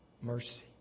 Mercy